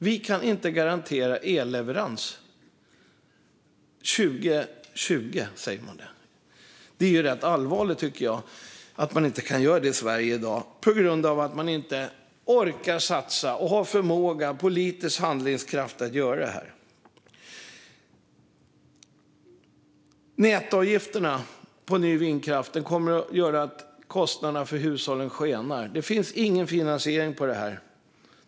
Vi kan inte garantera elleverans, säger de - på 2020-talet. Jag tycker att det är rätt allvarligt att elleverans inte kan garanteras i Sverige i dag, på grund av att man inte orkar satsa. Man har inte förmåga och politisk handlingskraft att göra detta. Ökningen av nätavgifterna för att bekosta ny vindkraft kommer att göra att kostnaderna skenar för hushållen. Det finns ingen finansiering av detta.